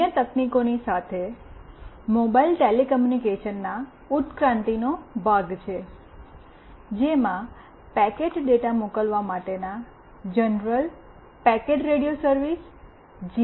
અન્ય તકનીકોની સાથે મોબાઇલ ટેલિકમ્યુનિકેશનના ઉત્ક્રાંતિનો ભાગ છે જેમાં પેકેટ ડેટા મોકલવા માટેના જનરલ પેકેટ રેડિયો સર્વિસજી